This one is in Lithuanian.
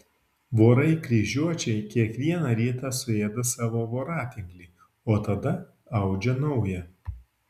vorai kryžiuočiai kiekvieną rytą suėda savo voratinklį o tada audžia naują